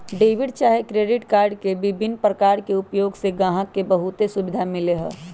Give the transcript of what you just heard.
debit चाहे credit card के विभिन्न प्रकार के उपयोग से गाहक के बहुते सुभिधा मिललै ह